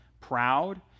proud